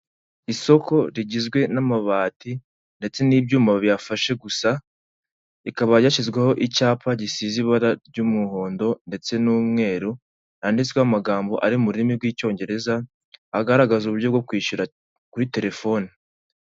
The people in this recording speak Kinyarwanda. Isoko rigizwe n'amabati ndetse n'ibyuma biyafashe gusa, rikaba yashyizweho icyapa gisize ibara ry'umuhondo ndetse n'umweru, yanditsweho amagambo ari mu rurimi rw'icyongereza agaragaza uburyo bwo kwishyura kuri telefoni.